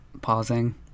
pausing